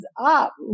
up